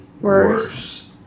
worse